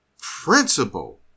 principle